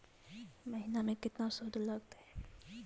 महिना में केतना शुद्ध लगतै?